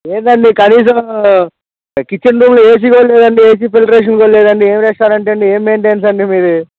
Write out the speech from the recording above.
ఏందండి కనీసము కిచెన్లో ఏ సీ గూడ్ లేదండి ఏ సీ ఫిల్టరేషన్ కుడా లేదండి ఏం రెస్టారెంట్ అండి ఏం మెయింటెన్స్ అండి మీది